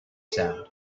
sound